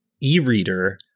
e-reader